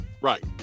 right